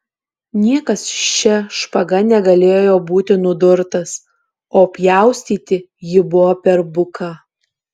niekas šia špaga negalėjo būti nudurtas o pjaustyti ji buvo per buka